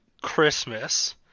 Christmas